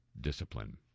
discipline